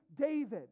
David